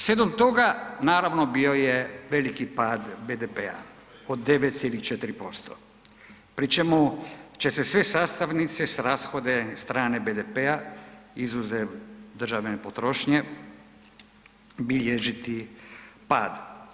Slijedom toga, naravno bio je veliki pad BDP-a, od 9,4% pri čemu će se sve sastavnice s rashodne strane BDP-a izuzev državne potrošnje bilježiti pad.